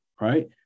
right